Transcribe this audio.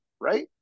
Right